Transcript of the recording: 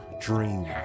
Dream